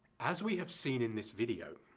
as we have seen in this video,